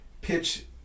pitch